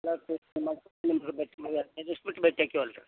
ಹದಿನೈದು ದಿವ್ಸ ಬಿಟ್ಟು ಭೇಟಿ ಆಕ್ತೀವಲ್ರಿ